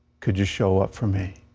could you show up for me?